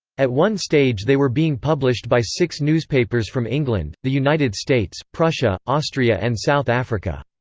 at one stage they were being published by six newspapers from england, the united states, prussia, austria and south africa.